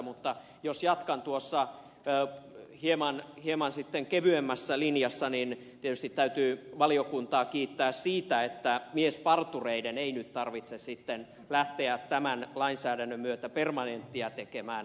mutta jos jatkan hieman kevyemmässä linjassa niin tietysti täytyy valiokuntaa kiittää siitä että miespartureiden ei nyt tarvitse sitten lähteä tämän lainsäädännön myötä permanenttia tekemään